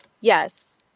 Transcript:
Yes